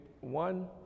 one